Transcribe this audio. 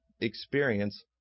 experience